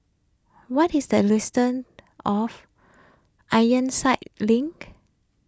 what is the distance of Ironside Link